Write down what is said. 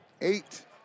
eight